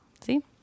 See